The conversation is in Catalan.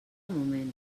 moment